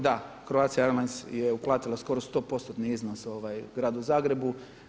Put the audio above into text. Da Croatia Airlines je uplatila skoro 100%tni iznos Gradu Zagrebu.